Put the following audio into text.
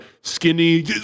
skinny